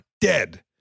Dead